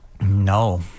no